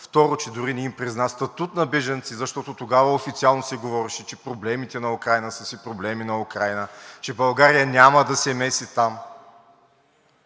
дори, че не им призна статут на бежанци, защото тогава официално се говореше, че проблемите на Украйна са си проблеми на Украйна, че България няма да се меси там,